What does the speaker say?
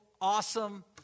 awesome